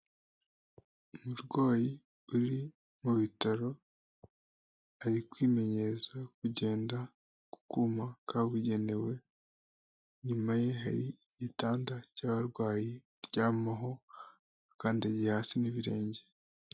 Umurwayi uri mu bitaro, ari kwimenyereza kugenda ku kuma kabugenewe, inyuma ye hari igitanda cy'abarwayi baryamaho, akandagiye hasi n'ibirenge.